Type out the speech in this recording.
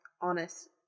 honest